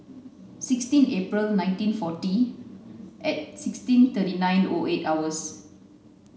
sixteen April nineteen forty at sixteen thirty nine O eight hours